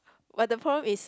but the problem is